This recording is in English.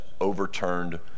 overturned